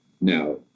now